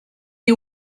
you